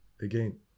again